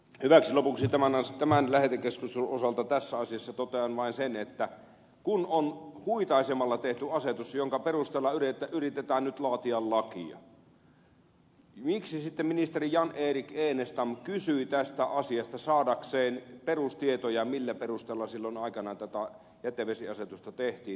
hyväksi lopuksi tämän lähetekeskustelun osalta tässä asiassa kysyn vain sitä kun on huitaisemalla tehty asetus jonka perusteella yritetään nyt laatia lakia miksi sitten ministeri jan erik enestam kysyi tästä asiasta saadakseen perustietoja millä perusteella silloin aikanaan tätä jätevesiasetusta tehtiin